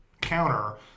counter